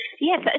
Yes